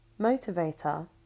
motivator